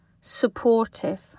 supportive